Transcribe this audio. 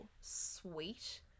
sweet